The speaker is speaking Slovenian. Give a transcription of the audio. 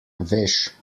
veš